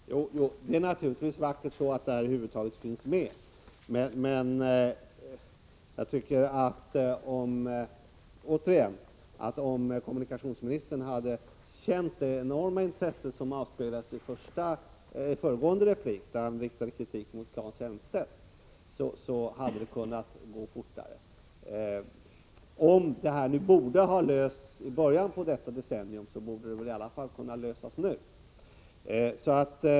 Herr talman! Det är naturligtvis bra att brobygget över huvud taget finns med i flerårsplanen. Men om kommunikationsministern hade känt det enorma intresse som avspeglades i den föregående repliken, där han riktade kritik mot Claes Elmstedt, borde det ha kunnat gå fortare. Om denna fråga borde ha lösts i början av detta decennium, bör den väl i alla fall kunna lösas nu.